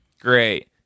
Great